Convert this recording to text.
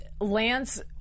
Lance